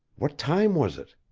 what time was it?